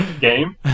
game